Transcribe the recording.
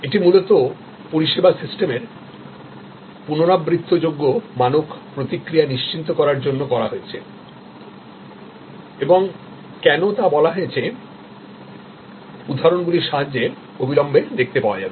এটি মূলত পরিষেবা সিস্টেমের আবার ব্যবহার করা যায় এমন স্ট্যান্ডার্ড প্রতিক্রিয়া নিশ্চিত করার জন্য করা হয়েছে এবং কেন তা বলা হয়েছে উদাহরণগুলির সাহায্যে অবিলম্বে দেখতে পাওয়া যাবে